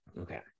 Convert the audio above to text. okay